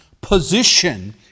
position